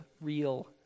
real